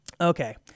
okay